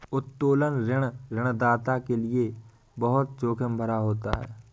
उत्तोलन ऋण ऋणदाता के लये बहुत जोखिम भरा होता है